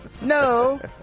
No